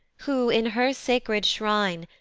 who, in her sacred shrine,